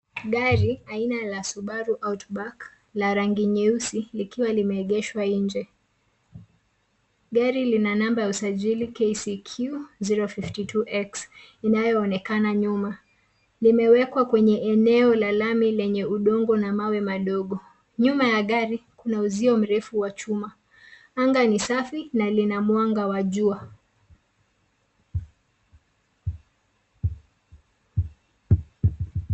Gari aina la Subari Outback, la rangi nyeusi likiwa limeegeshwa nje. Gari lina namba ya usajili KCQ 052X inayoonekana nyuma. Limewekwa kwenye eneo la lami lenye udongo na mawe madogo. Nyuma ya gari kuna uzio mrefu wa chuma. Anga ni safi na lina mwanga wa jua.